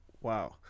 wow